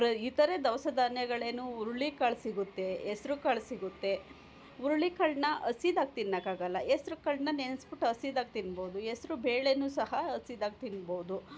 ಪ್ರ ಇತರೆ ದವಸ ಧಾನ್ಯಗಳೇನು ಹುರುಳಿ ಕಾಳು ಸಿಗುತ್ತೆ ಹೆಸ್ರು ಕಾಳು ಸಿಗುತ್ತೆ ಹುರುಳಿ ಕಾಳನ್ನ ಹಸಿದಾಗ ತಿನ್ನೋಕ್ಕಾಗಲ್ಲ ಹೆಸ್ರು ಕಾಳನ್ನ ನೆನೆಸ್ಬಿಟ್ಟು ಹಸಿದಾಗ ತಿನ್ಬೌದು ಹೆಸ್ರು ಬೆಳೆಯೂ ಸಹ ಹಸಿದಾಗ ತಿನ್ಬೌದು